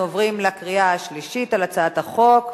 אנחנו עוברים לקריאה שלישית של הצעת החוק.